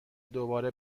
دوباره